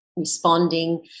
responding